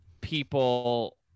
people